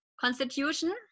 constitution